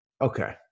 okay